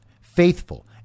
faithful